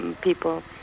people